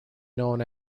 known